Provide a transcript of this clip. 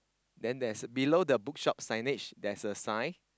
then there's below the bookshop signage there's a sign